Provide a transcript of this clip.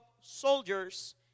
soldiers